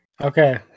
Okay